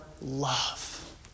love